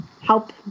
help